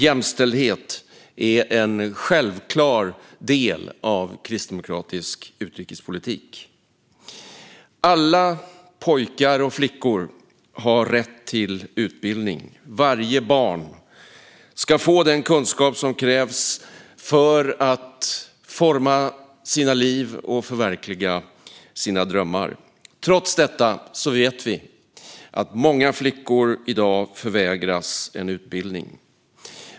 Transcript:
Jämställdhet är en självklar del av kristdemokratisk utrikespolitik. Alla pojkar och flickor har rätt till utbildning. Varje barn ska få den kunskap som krävs för att forma sitt liv och förverkliga sina drömmar. Trots detta vet vi att många flickor i dag förvägras en utbildning.